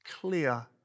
clear